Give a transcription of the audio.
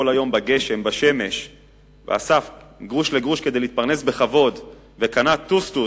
היום בגשם ובשמש ואסף גרוש לגרוש כדי להתפרנס בכבוד וקנה טוסטוס,